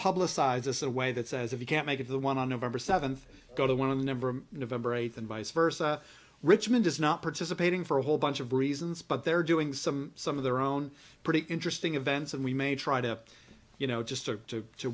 publicize this in a way that says if you can't make it the one on november seventh go to one of the number november eighth and vice versa richmond is not participating for a whole bunch of reasons but they're doing some some of their own pretty interesting events and we may try to you know just to to